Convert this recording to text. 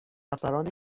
افسران